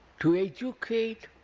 to educate,